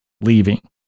leaving